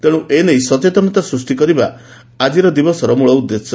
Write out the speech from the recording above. ତେଣୁ ଏନେଇ ସଚେତନତା ସୃଷ୍କି କରିବା ଆକିର ଦିବସର ମୁଳ ଉଦ୍ଦେଶ୍ୟ